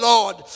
Lord